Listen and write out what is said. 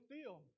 feel